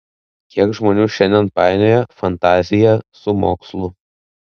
kiek žmonių šiandien painioja fantaziją su mokslu